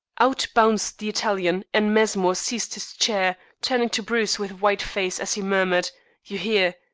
out bounced the italian, and mensmore seized his chair, turning to bruce with white face as he murmured you hear!